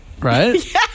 right